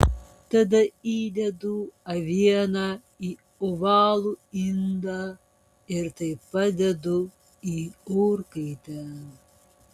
tada įdedu avieną į ovalų indą ir taip pat dedu į orkaitę